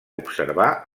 observar